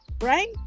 right